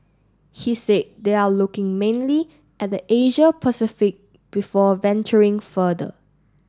he said they are looking mainly at the Asia Pacific before venturing further